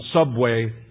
Subway